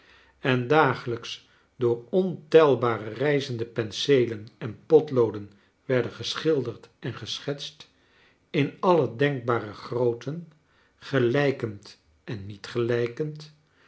en dagelijks door ontelbare reizende penseelen en potlooden werden geschilderd en geschetst in alle denkbare grootten gelijkend en niet gelijkend